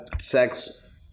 sex